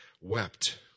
wept